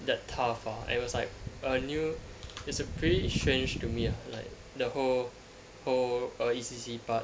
that tough ah and it was like a new it was pretty strange to me ah like the whole whole E_C_C part